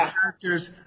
characters